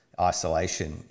isolation